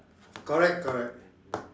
correct correct